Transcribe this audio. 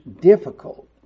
difficult